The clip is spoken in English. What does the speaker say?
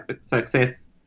success